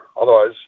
Otherwise